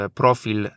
profil